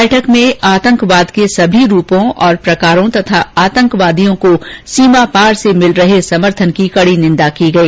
बैठक में आतंकवाद के सभी रूपों और प्रकारों तथा आतंकवादियों को सीमा पार से मिल रहे समर्थन की कड़ी निंदा की गई